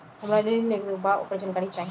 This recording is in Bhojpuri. हमरा ऋण लेवे के बा वोकर जानकारी चाही